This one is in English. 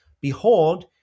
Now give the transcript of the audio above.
Behold